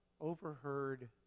overheard